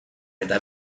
eta